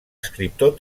escriptor